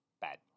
Bad